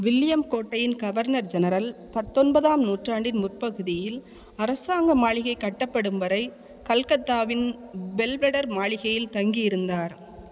William கோட்டையின் governor general பத்தொன்பதாம் நூற்றாண்டின் முற்பகுதியில் அரசாங்க மாளிகை கட்டப்படும் வரை கல்கத்தாவின் பெல்வெடெர் மாளிகையில் தங்கியிருந்தார்